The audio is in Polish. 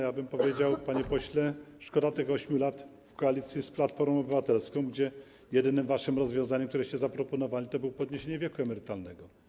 Ja bym powiedział, panie pośle, że szkoda tych 8 lat w koalicji z Platformą Obywatelską, gdzie jedynym waszym rozwiązaniem, które zaproponowaliście, było podniesienie wieku emerytalnego.